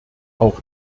auch